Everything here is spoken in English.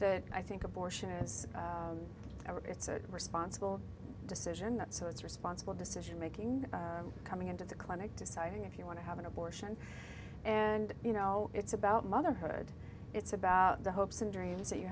that i think abortion is ever it's a responsible decision that so it's responsible decision making coming into the clinic deciding if you want to have an abortion and you know it's about motherhood it's about the hopes and dreams that you